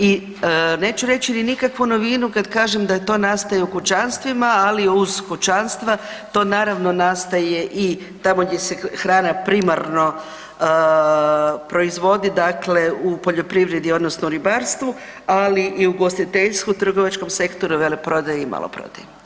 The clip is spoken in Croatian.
I neću reći nikakvu novinu kad kažem da to nastaje u kućanstvima ali uz kućanstva to naravno nastaje i tamo gdje se hrana primarno proizvodi dakle u poljoprivredi odnosno u ribarstvu, ali i u ugostiteljstvu, trgovačkom sektoru, veleprodaji i maloprodaji.